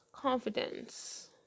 Confidence